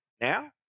now